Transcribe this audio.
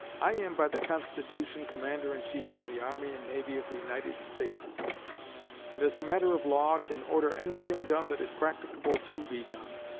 i am by the constitution commander-in-chief of the army and navy of the united states and, as a matter of law, can order anything done that is practicable to be done.